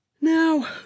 now